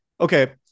okay